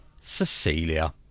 Cecilia